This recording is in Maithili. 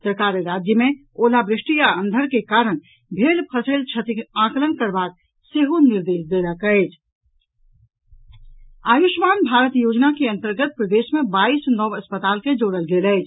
सरकार राज्य मे ओलावृष्टि आ अन्धर के कारण भेल फसलि क्षतिक आकलन करबाक सेहो निर्देश देलक अछि आयुष्मान भारत योजना के अंतर्गत प्रदेश मे बाईस नव अस्पताल के जोड़ल गेल अछि